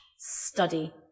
study